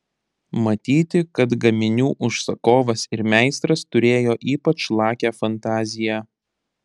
matyti kad gaminių užsakovas ir meistras turėjo ypač lakią fantaziją